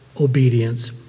obedience